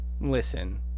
Listen